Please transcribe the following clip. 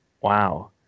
Wow